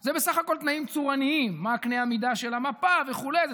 זה בסך הכול תנאים צורניים: מה קנה המידה של המפה וכו' זה